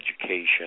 education